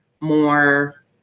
more